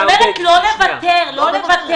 אני אומרת לא לוותר, לא לוותר.